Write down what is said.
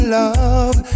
love